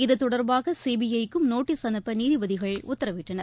இது தொடர்பாக சிபிஐ க்கும் நோட்டஸ் அனுப்ப நீதிபதிகள் உத்தரவிட்டனர்